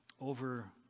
over